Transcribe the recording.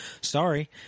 sorry